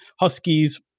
Huskies